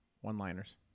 One-liners